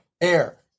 air